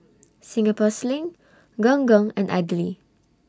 Singapore Sling Gong Gong and Idly